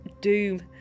doom